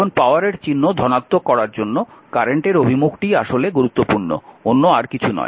এখন পাওয়ারের চিহ্ন ধনাত্মক করার জন্য কারেন্টের অভিমুখটিই আসলে গুরুত্বপূর্ণ অন্য আর কিছু নয়